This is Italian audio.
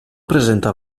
presenta